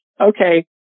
okay